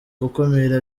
gukumira